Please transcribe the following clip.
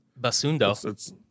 basundo